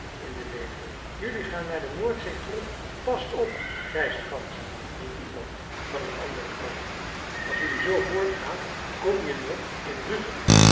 in den nevel jullie gaan naar de noordzee terug past op grijze ganzen riep iemand van een anderen kant als jelui zoo voortgaat kom je nog in rügen